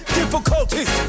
difficulties